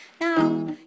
Now